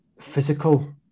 physical